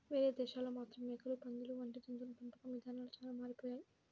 వేరే దేశాల్లో మాత్రం మేకలు, పందులు వంటి జంతువుల పెంపకం ఇదానాలు చానా మారిపోయాయి